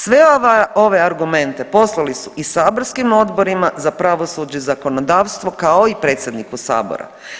Sve ove argumente poslali su i saborskim odborima za pravosuđe i zakonodavstvo kao i predsjedniku sabora.